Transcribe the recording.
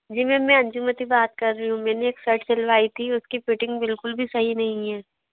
जी ma'am मैं अंजूमति बात कर रही हूँ मैंने एक सर्ट सिलवाई थी उसकी फ़िटिंग बिल्कुल भी सही नहीं है